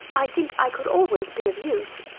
i think i could always be of use,